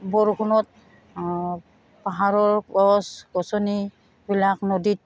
বৰষুণত পাহাৰৰ গছ গছনিবিলাক নদীত